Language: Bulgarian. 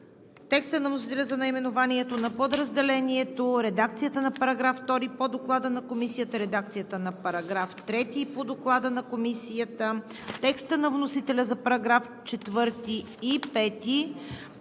текста на вносителя за наименованието на подразделението; редакцията на § 2 по Доклада на Комисията; редакцията на § 3 по Доклада на Комисията; текста на вносителя за параграфи 4 и 5;